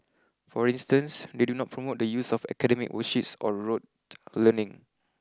for instance they do not promote the use of academic worksheets or rote learning